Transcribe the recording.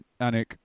Anik